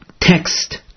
text